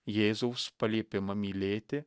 jėzaus paliepimą mylėti